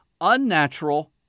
unnatural